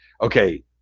okay